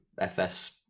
FS